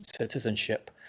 citizenship